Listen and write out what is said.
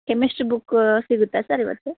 chemistry book ಸಿಗುತ್ತ sir ಇವತ್ತು